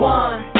one